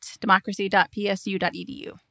democracy.psu.edu